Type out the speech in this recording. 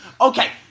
okay